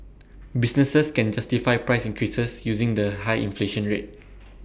businesses can justify price increases using the high inflation rate